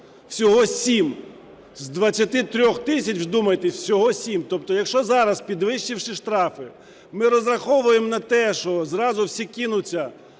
Всього 7, з 23 тисяч, вдумайтесь, всього 7. Тобто якщо зараз підвищивши штрафи, ми розраховуємо на те, що зразу всі кинуться